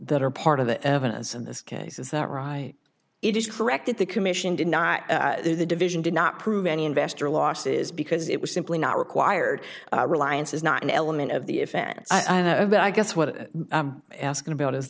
that are part of the evidence in this case is that right it is correct that the commission did not the division did not prove any investor losses because it was simply not required reliance is not an element of the offense but i guess what asking about is